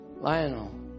Lionel